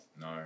No